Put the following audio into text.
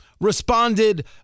responded